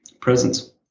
presence